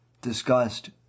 discussed